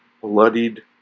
bloodied